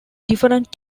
different